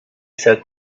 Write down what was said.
said